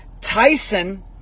Tyson